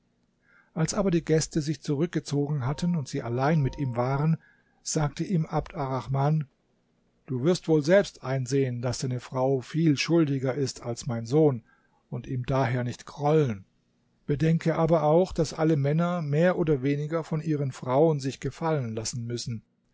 als aber die gäste sich zurückgezogen hatten und sie allein mit ihm waren sagte ihm abd arrahman du wirst wohl selbst einsehen daß deine frau viel schuldiger ist als mein sohn und ihm daher nicht grollen bedenke aber auch daß alle männer mehr oder weniger von ihren frauen sich gefallen lassen müssen